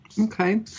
Okay